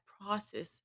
process